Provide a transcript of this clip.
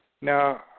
Now